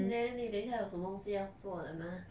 then 你等一下有什么东西要做的吗